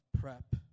prep